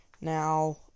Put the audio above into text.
Now